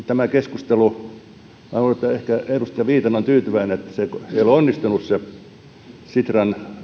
tämä keskustelu minä luulen että ehkä edustaja viitanen on tyytyväinen että ei ole onnistunut se sitran